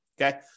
Okay